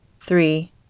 three